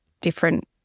different